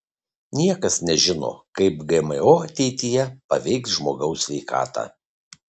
niekas nežino kaip gmo ateityje paveiks žmogaus sveikatą